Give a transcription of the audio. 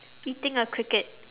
eating a cricket